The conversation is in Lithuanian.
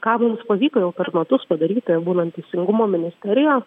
ką mums pavyko jau per metus padaryti būnant teisingumo ministerijoje